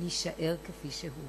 יישאר כפי שהוא.